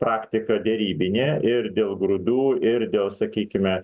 praktika derybinė ir dėl grūdų ir dėl sakykime